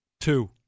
Two